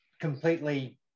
completely